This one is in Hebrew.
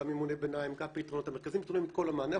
למרכזים כל המענה,